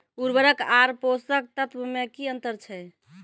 उर्वरक आर पोसक तत्व मे की अन्तर छै?